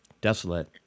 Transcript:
Desolate